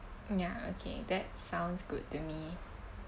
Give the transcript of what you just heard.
mm ya okay that sounds good to me